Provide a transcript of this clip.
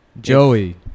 Joey